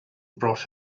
brought